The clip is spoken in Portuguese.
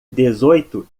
dezoito